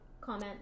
comment